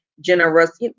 generous